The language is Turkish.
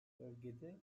bölgede